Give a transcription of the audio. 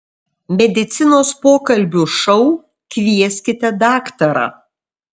medicinos pokalbių šou kvieskite daktarą